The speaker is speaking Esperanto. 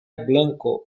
blanko